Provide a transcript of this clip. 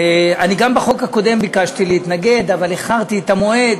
גם בחוק הקודם ביקשתי להתנגד אבל איחרתי את המועד.